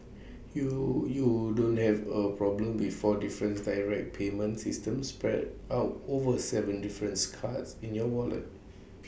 you you don't have A problem with four different direct payment systems spread out over Seven different cards in your wallet